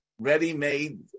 ready-made